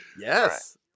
Yes